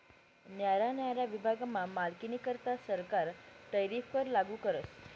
न्यारा न्यारा विभागमा मालनीकरता सरकार टैरीफ कर लागू करस